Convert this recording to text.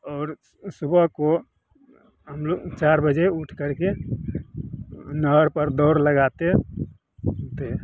और सुबह को हम लोग चार बजे उठ करके नहर पर दौड़ लगाते थे